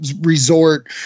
Resort